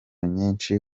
nyinshi